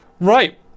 Right